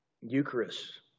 Eucharist